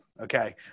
okay